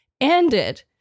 ended